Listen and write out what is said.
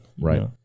Right